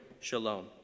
shalom